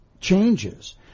changes